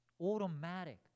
Automatic